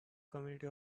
community